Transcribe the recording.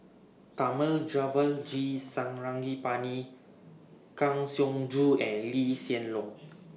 Thamizhavel G Sarangapani Kang Siong Joo and Lee Hsien Loong